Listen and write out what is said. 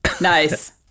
Nice